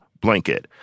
blanket